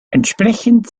entsprechend